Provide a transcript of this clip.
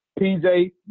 PJ